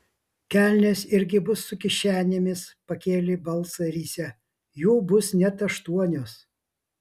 kelnės irgi bus su kišenėmis pakėlė balsą risią jų bus net aštuonios